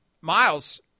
Miles